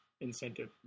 incentive